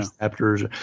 chapters